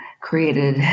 created